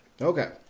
Okay